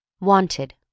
Wanted